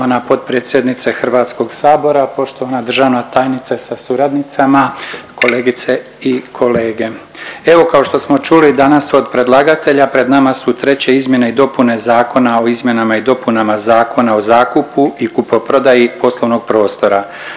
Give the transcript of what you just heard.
Hrvatskog sabora. Poštovana državna tajnice sa suradnicama, kolegice i kolege, evo kao što smo čuli danas od predlagatelja pred nama su treće izmjene i dopune Zakona o izmjenama i dopunama Zakona o zakupu i kupoprodaji poslovnog prostora.